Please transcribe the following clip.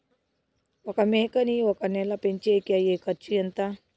ఒక మేకని ఒక నెల పెంచేకి అయ్యే ఖర్చు ఎంత?